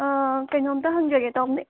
ꯑꯥ ꯀꯔꯤꯅꯣꯝꯇ ꯍꯪꯖꯒꯦ ꯇꯧꯕꯅꯦ